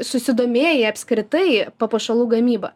susidomėjai apskritai papuošalų gamyba